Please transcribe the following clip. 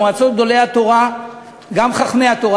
מועצות גדולי התורה וגם חכמי התורה,